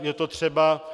Je to třeba.